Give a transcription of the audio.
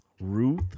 Ruth